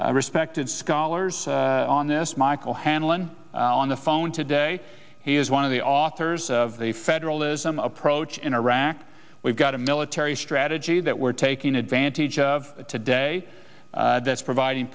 respected scholars on this michael o'hanlon on the phone today he is one of the authors of the federalism approach in iraq we've got a military strategy that we're taking advantage of today that's providing